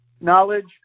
knowledge